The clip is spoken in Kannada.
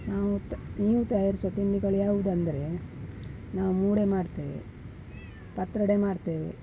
ನಾವು ತ ನೀವು ತಯಾರಿಸುವ ತಿಂಡಿಗಳು ಯಾವುದಂದರೆ ನಾವು ಮೂಡೆ ಮಾಡ್ತೇವೆ ಪತ್ರೊಡೆ ಮಾಡ್ತೇವೆ